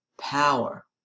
power